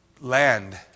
land